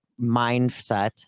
mindset